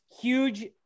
Huge